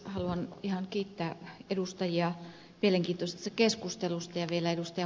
haluan ihan kiittää edustajia mielenkiintoisesta keskustelusta ja vielä ed